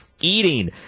Eating